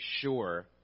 sure